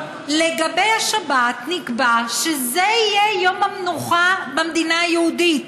לגבי השבת נקבע שזה יהיה יום המנוחה במדינה היהודית.